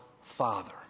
father